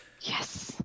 Yes